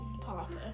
Papa